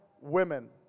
women